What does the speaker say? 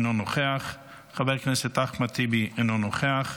אינו נוכח, חבר הכנסת אחמד טיבי, אינו נוכח.